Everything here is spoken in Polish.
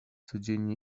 codzienne